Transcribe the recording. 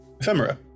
ephemera